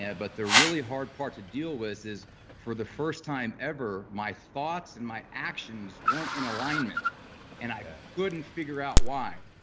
yeah but the really hard part to deal was this for the first time ever, my thoughts and my actions weren't in alignment and i couldn't figure out why.